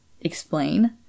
explain